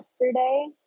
yesterday